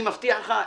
אני מבטיח לך,